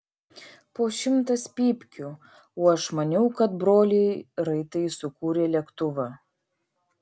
po šimtas pypkių o aš maniau kad broliai raitai sukūrė lėktuvą